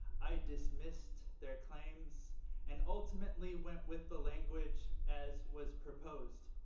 i dismissed their claims and ultimately went with the language as was proposed.